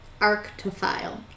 Arctophile